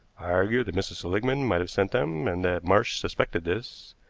i argued that mrs. seligmann might have sent them, and that marsh suspected this,